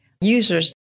users